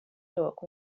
talk